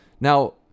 Now